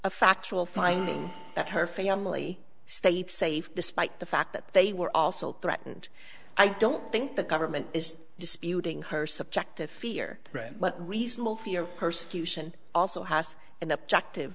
a factual finding that her family stayed safe despite the fact that they were also threatened i don't think the government is disputing her subjective fear right but reasonable fear of persecution also has an objective